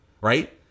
right